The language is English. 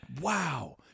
Wow